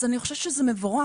אז אני חושבת שזה מבורך.